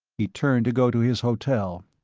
he turned to go to his hotel.